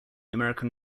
american